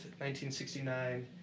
1969